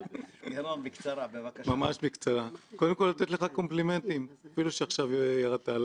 בעיקר לחבר הכנסת קיש שנשאר פה ויש לו הרבה משימות עבור כולנו.